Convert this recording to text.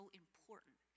important